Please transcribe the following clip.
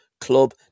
club